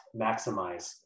maximize